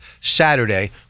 Saturday